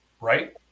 Right